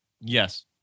Yes